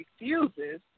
refuses